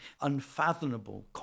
unfathomable